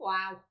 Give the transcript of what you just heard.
Wow